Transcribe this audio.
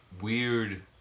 weird